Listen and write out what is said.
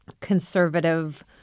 conservative